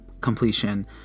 completion